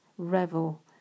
Revel